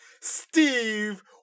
Steve